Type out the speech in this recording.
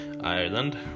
Ireland